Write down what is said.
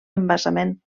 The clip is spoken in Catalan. embassament